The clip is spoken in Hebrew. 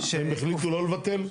שהם החליטו לא לבטל?